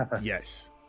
yes